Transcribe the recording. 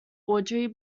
audrey